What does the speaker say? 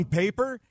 paper